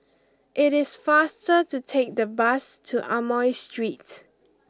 it is faster to take the bus to Amoy Street